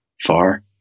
far